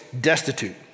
destitute